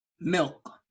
Milk